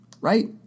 right